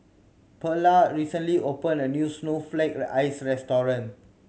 Perla recently opened a new snowflake the ice restaurant